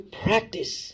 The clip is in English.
practice